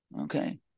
okay